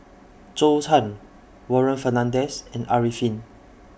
Zhou Can Warren Fernandez and Arifin